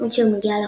עד שהוא מגיע לקופה.